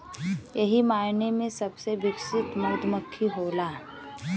सही मायने में सबसे विकसित मधुमक्खी होला